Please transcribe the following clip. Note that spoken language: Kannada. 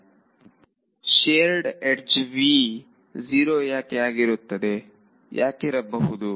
ವಿದ್ಯಾರ್ಥಿ ಶೆರ್ಡ್ ಯಡ್ಜ್ v 0 ಯಾಕೆ ಆಗುತ್ತೆ ಯಾಕಿರಬಹುದು